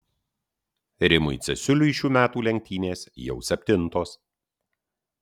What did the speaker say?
rimui cesiuliui šių metų lenktynės jau septintos